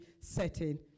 setting